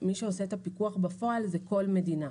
מי שעושה את הפיקוח בפועל זאת כל מדינה.